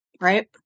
right